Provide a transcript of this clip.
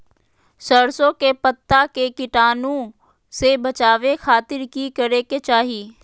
सरसों के पत्ता के कीटाणु से बचावे खातिर की करे के चाही?